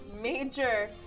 major